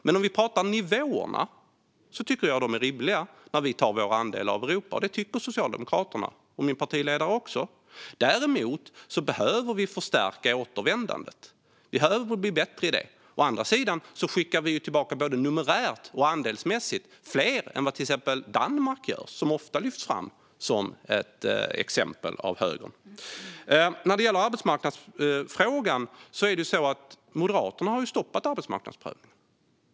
Men om vi pratar om nivåerna tycker jag att de är rimliga när vi tar vår andel i Europa. Det tycker Socialdemokraterna. Det tycker min partiledare också. Däremot behöver vi förstärka återvändandet. Vi behöver bli bättre där. Å andra sidan är det så att vi både numerärt och andelsmässigt skickar tillbaka fler än till exempel Danmark, som ofta lyfts fram som ett exempel av högern. När det gäller arbetsmarknadsfrågan har ju Moderaterna stoppat arbetsmarknadsprövningen.